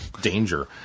danger